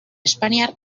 espainiar